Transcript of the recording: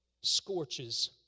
scorches